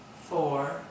four